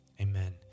amen